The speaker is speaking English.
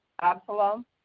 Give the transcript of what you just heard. Absalom